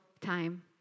time